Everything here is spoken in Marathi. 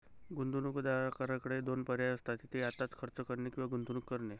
गुंतवणूकदाराकडे दोन पर्याय असतात, ते आत्ताच खर्च करणे किंवा गुंतवणूक करणे